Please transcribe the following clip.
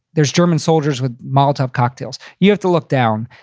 there's german soldiers with molotov cocktails. you have to look down.